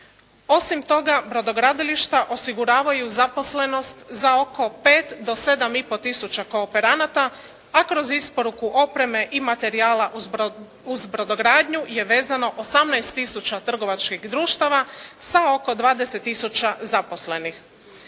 Osim toga brodogradilišta osiguravaju zaposlenost za oko 5 do 7,5 tisuća kooperanata, a kroz isporuku opreme i materijala uz brodogradnju je vezano 18 tisuća trgovačkih društava sa oko 20 tisuća zaposlenih.